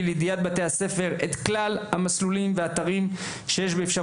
לידיעת בתי הספר את כלל האתרים והמסלולים הקיימים בירושלים,